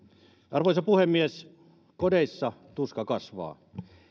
arvoisa puhemies kodeissa tuska kasvaa